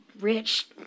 rich